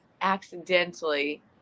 accidentally